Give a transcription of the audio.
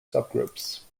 subgroups